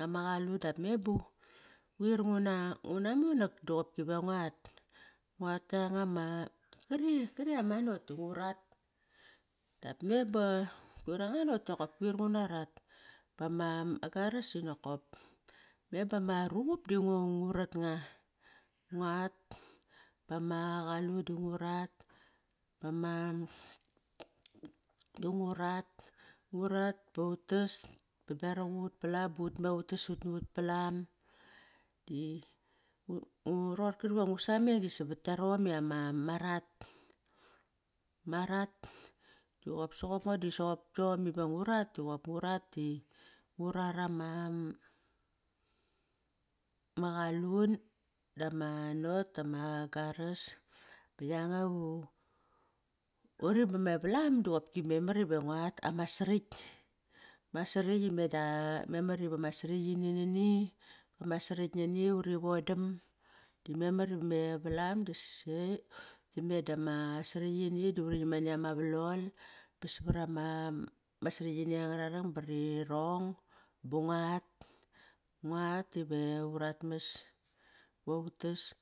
ama qalun dap me ba quir nguna monak doqopki ve nguat. Nguat kianga ma, qari ama not da ngurat dap me ba quir anga not nakop quir nguna rat. Ba ma garas da nokop me bama ruqup di ngu, ngu rat nga. Nguat bama qalun du ngu rat, ba ma, ngu rat, ngu rat ba utas, ba beraq ut palam ba utme utas ut nut palam roqorkari va ngu sameng di savat kiarom ama rat. Ma rat, diqop soqop ngo dinop soqop ktom iva ngurat doqop ngu rat di ngu rar ama ma qalun, dama not, dama garas. Qari ba me valam diqopki memar iva nguat ama srakt. Ma sarakt imeda memar iva ma sarakt ini nini, ma sarakt nani, uri vodam di memar iva mavalam. Dime dama sarakt ini da uri nam nani ama valol ba sava ma sarakt ini angar rarang ba ri ang ba nguar, nguat ive urat mas iva utas.